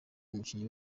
umukinnyi